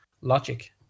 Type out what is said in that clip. logic